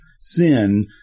sin